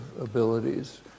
abilities